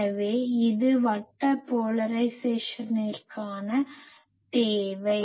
எனவே இது வட்ட போலரைஸேசனிற்கான தேவை